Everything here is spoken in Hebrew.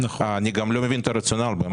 אני לא מבין את הרציונל.